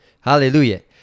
Hallelujah